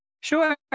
Sure